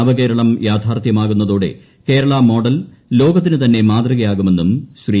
നവ കേരളം യാഥാർത്ഥ്യമാകുന്നതോടെ കേരള മോഡൽ ലോകത്തിന് തന്നെ മാതൃക ആകുമെന്നും ശ്രീ